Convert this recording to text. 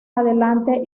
adelante